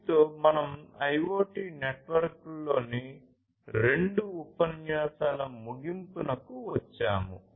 దీనితో మనం IoT నెట్వర్క్లలోని రెండు ఉపన్యాసాల ముగింపుకు వచ్చాము